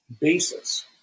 basis